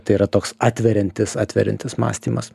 tai yra toks atveriantis atveriantis mąstymas